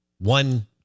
one